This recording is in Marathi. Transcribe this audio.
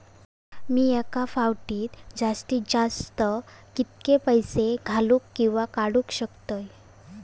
मी एका फाउटी जास्तीत जास्त कितके पैसे घालूक किवा काडूक शकतय?